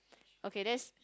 okay that's